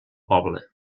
poble